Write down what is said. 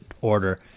order